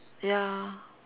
ya